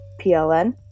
PLN